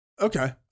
Okay